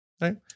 right